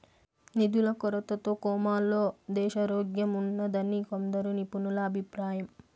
నిధుల కొరతతో కోమాలో దేశారోగ్యంఉన్నాదని కొందరు నిపుణుల అభిప్రాయం